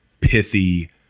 pithy